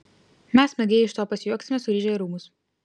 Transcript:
mes smagiai iš to pasijuoksime sugrįžę į rūmus